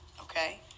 okay